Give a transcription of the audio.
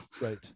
Right